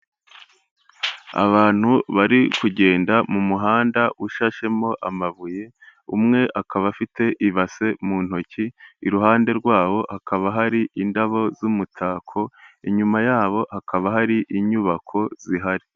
Abantu bari kugenda mu muhanda ushashemo amabuye, umwe akaba afite ibase mu ntoki, iruhande rwabo hakaba hari indabo z'umutako, inyuma yabo hakaba hari inyubako zihari.